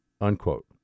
Unquote